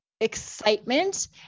excitement